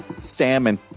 salmon